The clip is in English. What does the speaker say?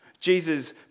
Jesus